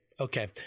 Okay